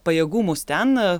pajėgumus ten